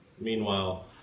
Meanwhile